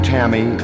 Tammy